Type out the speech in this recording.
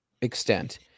extent